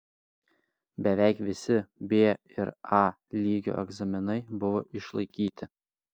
beveik visi b ir a lygio egzaminai buvo išlaikyti